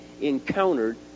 encountered